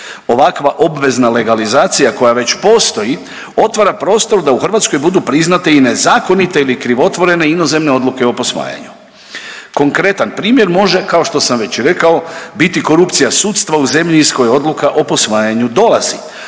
Ovakva obvezna legalizacija koja već postoji otvara prostor da u Hrvatskoj budu priznate i nezakonite ili krivotvorene inozemne odluke o posvajanju. Konkretan primjer može, kao što sam već i rekao, biti korupcija sudstva u zemlji iz koje odluka o posvajanju dolazi